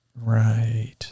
right